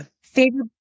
Favorite